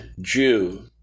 Jew